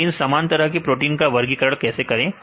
तो इन सामान तरह से प्रोटीन का वर्गीकरण कैसे करें